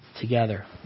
together